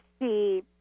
see